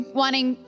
wanting